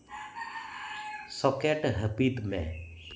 socket ᱦᱟᱹᱯᱤᱫᱽ ᱢᱮ